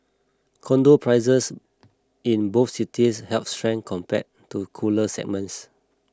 condo prices in both cities held strength compared to cooler segments